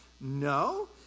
No